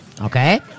Okay